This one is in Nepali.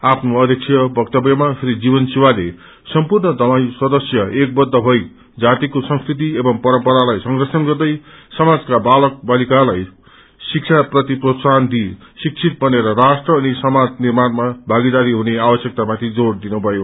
आफ्नो अध्यक्षीय वक्तव्यमा श्री जीवन शिवाले सम्पूर्ण दमाई सदस्य एकबद्ध भई जातिको संस्कृति एवं परम्परालाई संरक्षण गर्दै समाजको बालक बालिकाहरूलाई शिक्षा प्रति प्रोत्साहन दिई शिक्षित बनेर राष्ट्र अनि समाज जत्रनर्माणमा भागीदारी हुने आवश्यकता माथि जोड़ दिनुभयो